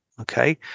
Okay